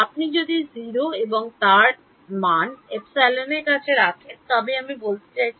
আপনি যদি 0 এর সমান তাউ এর এপসিলন আর রাখেন তবে আমি বলতে চাইছি